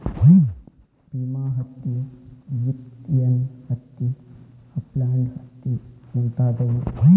Pima ಹತ್ತಿ, Egyptian ಹತ್ತಿ, upland ಹತ್ತಿ ಮುಂತಾದವು